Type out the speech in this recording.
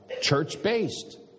church-based